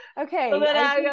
okay